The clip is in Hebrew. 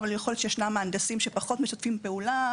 אבל יכול להיות שישנם מהנדסים שפחות משתפים פעולה,